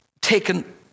taken